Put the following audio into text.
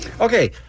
Okay